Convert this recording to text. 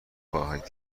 خواهید